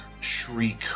shriek